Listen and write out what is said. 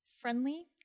friendly